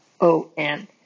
O-N